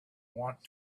want